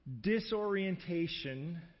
disorientation